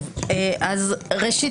אז ראשית,